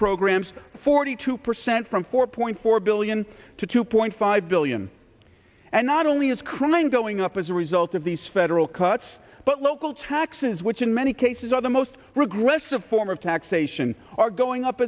programs forty two percent from four point four billion to two point five billion and not only is crime going up as a result of these federal cuts but local taxes which in many cases are the most regressive form of taxation are going up